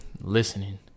listening